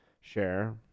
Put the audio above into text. share